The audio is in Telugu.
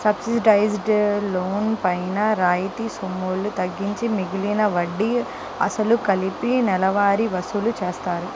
సబ్సిడైజ్డ్ లోన్ పైన రాయితీ సొమ్ములు తగ్గించి మిగిలిన వడ్డీ, అసలు కలిపి నెలవారీగా వసూలు చేస్తారు